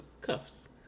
cuffs